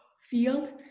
field